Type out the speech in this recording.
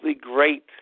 great